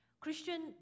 Christian